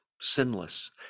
sinless